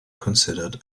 considered